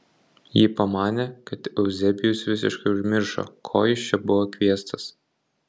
ji pamanė kad euzebijus visiškai užmiršo ko jis čia buvo kviestas